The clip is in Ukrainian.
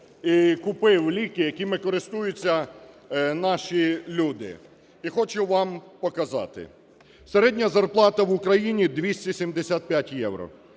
і купив ліки, якими користуються наші люди, і хочу вам показати. Середня зарплата в Україні – 275 євро.